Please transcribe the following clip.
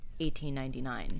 1899